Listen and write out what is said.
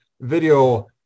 video